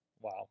Wow